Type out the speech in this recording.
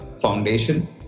foundation